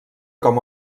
com